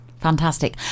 fantastic